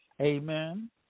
Amen